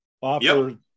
offer